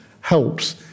helps